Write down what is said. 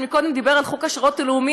שמקודם דיבר על חוק השירות הלאומי,